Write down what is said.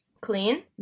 clean